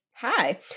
Hi